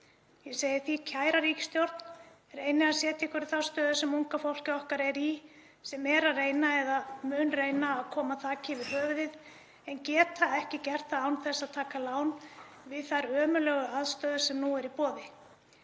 Ég segi því: Kæra ríkisstjórn, reynið að setja ykkur í þá stöðu sem unga fólkið okkar er í, sem er að reyna eða mun reyna að koma þaki yfir höfuðið en getur ekki gert það án þess að taka lán við þær ömurlegu aðstæður sem nú eru í boði.